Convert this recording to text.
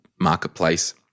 marketplace